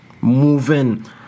moving